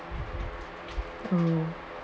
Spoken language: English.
oh